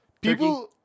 People